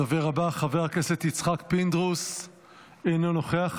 הדובר הבא, חבר הכנסת יצחק פינדרוס, אינו נוכח.